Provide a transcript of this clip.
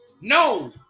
No